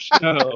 Show